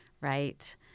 right